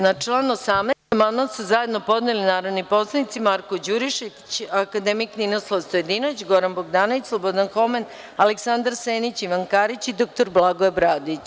Na član 18. amandman su zajedno podneli narodni poslanici Marko Đurišić, akademik Ninoslav Stojadinović, Goran Bogdanović, Slobodan Homen, Aleksandar Senić, Ivan Karić i dr Blagoje Bradić.